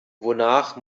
wonach